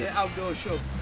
outdoor shop.